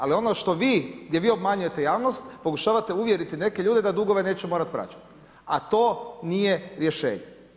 Ali, ono što vi, gdje obmanjujete javnost, pokušavate uvjeriti neke ljude da dugove neće morati vraćati, a to nije rješenje.